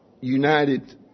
united